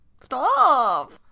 Stop